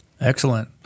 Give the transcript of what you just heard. excellent